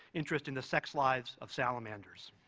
interest in the sex lives of salamanders.